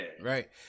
right